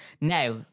Now